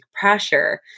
pressure